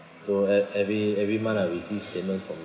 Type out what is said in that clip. so at every every month I receive payment from